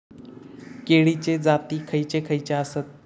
केळीचे जाती खयचे खयचे आसत?